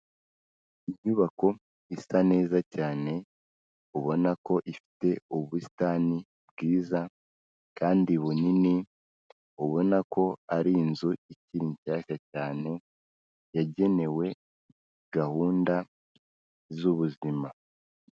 Inyubako isa neza cyane ubona ko ifite ubusitani bwiza kandi bunini, ubona ko ari inzu ikiri nshyashya cyane, yagenewe gahunda z'ubuzima.